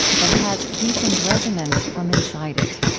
but has deepened resonance from inside it.